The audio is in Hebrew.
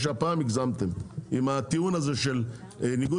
שהפעם הגזמתם עם הטיעון הזה של ניגוד